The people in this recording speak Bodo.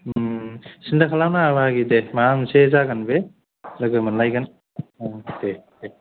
सिन्था खालाम नाङा बाहागि दे माबा मोनसे जागोन बे लोगो मोनलायगोन औ दे दे